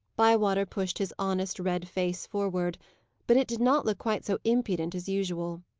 bywater pushed his honest, red face, forward but it did not look quite so impudent as usual.